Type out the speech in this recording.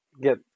get